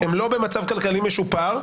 הם לא במצב כלכלי משופר,